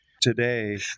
today